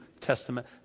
Testament